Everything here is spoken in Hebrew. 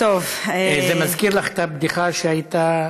זה מזכיר לך את הבדיחה שהייתה,